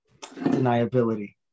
deniability